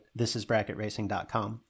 thisisbracketracing.com